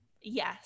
Yes